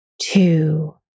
two